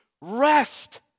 rest